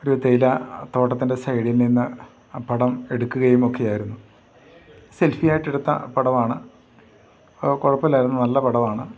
ഒരു തേയില തോട്ടത്തിൻ്റെ സൈഡിൽനിന്ന് ആ പടം എടുക്കുകയുമൊക്കെ ആയിരുന്നു സെൽഫിയായിട്ടെടുത്ത പടമാണ് കുഴപ്പമില്ലായിരുന്നു നല്ല പടമാണ്